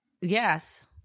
Yes